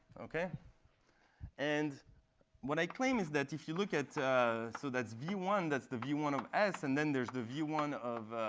and what i claim is that, if you look at so that's v one, that's the v one of s. and then there's the v one of